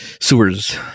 sewers